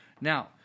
Now